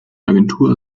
agentur